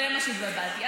בזה התבלבלתי.